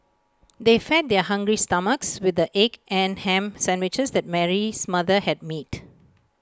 they fed their hungry stomachs with the egg and Ham Sandwiches that Mary's mother had made